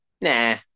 nah